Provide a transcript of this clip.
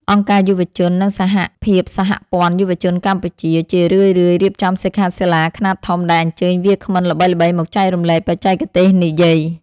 អង្គការយុវជន និងសហភាពសហព័ន្ធយុវជនកម្ពុជា ជារឿយៗរៀបចំសិក្ខាសាលាខ្នាតធំដែលអញ្ជើញវាគ្មិនល្បីៗមកចែករំលែកបច្ចេកទេសនិយាយ។